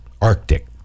Arctic